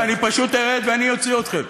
אני פשוט ארד ואני אוציא אתכם,